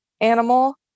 animal